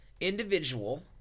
individual